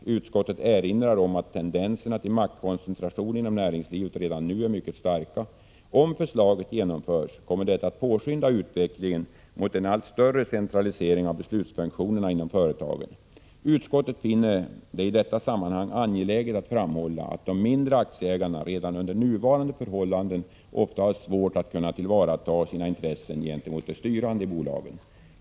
Utskottet erinrar om att tendenserna till maktkoncentration inom näringslivet redan nu är mycket starka. Om förslaget genomförs kommer detta att påskynda utvecklingen mot en allt större centralisering av beslutsfunktionerna inom företagen. Utskottet finner det i detta sammanhang angeläget att framhålla att de mindre aktieägarna redan under nuvarande förhållanden ofta har svårt att kunna tillvarata sina intressen gentemot de styrande inom bolagen.